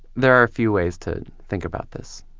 there are a few ways to think about this.